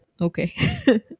Okay